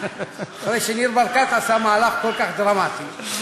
אחרי שניר ברקת עשה מהלך כל כך דרמטי.